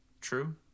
true